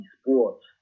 sports